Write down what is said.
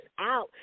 out